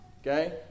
okay